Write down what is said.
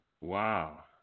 Wow